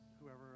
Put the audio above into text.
whoever